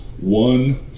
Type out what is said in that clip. one